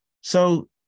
So-